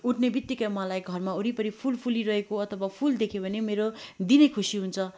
उठ्ने बित्तिकै मलाई घरमा वरिपरी फुल फुलिरहेको अथवा फुल देखे भने मेरो दिनै खुसी हुन्छ